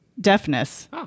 deafness